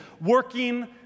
Working